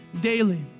daily